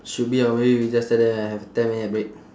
should be ah maybe we just tell them have a ten minute break